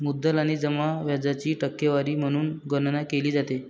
मुद्दल आणि जमा व्याजाची टक्केवारी म्हणून गणना केली जाते